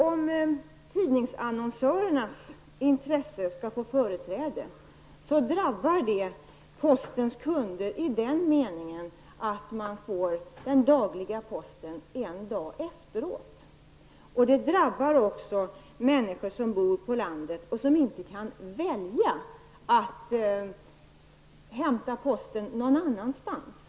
Om tidningsannonsörernas intressen skall få företräde, innebär det att postens kunder drabbas genom att de får den dagliga posten en dag senare. Vidare drabbas människor som bor ute på landet, som inte kan välja att hämta posten någon annanstans.